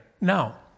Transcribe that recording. Now